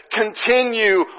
continue